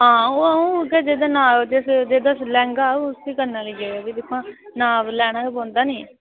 हां ओह् अ'ऊं उ'ऐ जेह्दा नाप जिस जेह्दा शा लैह्ंगा होग उस्सी कन्नै लेई आएओ ते भी दिक्खो आं नाप लैना बी पौंदा निं